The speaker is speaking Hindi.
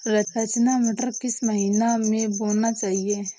रचना मटर किस महीना में बोना चाहिए?